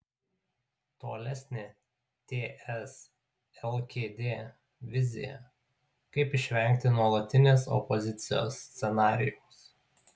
tolesnė ts lkd vizija kaip išvengti nuolatinės opozicijos scenarijaus